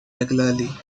regularly